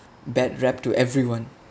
bad rep to everyone